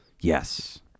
Yes